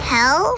Hell